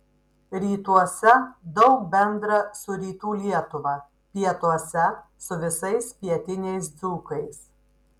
rytuose daug bendra su rytų lietuva pietuose su visais pietiniais dzūkais